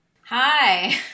Hi